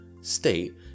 state